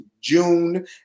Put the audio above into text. June